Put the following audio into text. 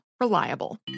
reliable